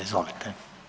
Izvolite.